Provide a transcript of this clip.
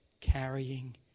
carrying